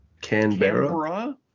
Canberra